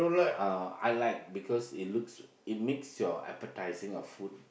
uh I like because it looks it makes your appetizing of food